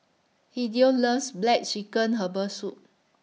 Hideo loves Black Chicken Herbal Soup